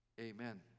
Amen